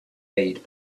made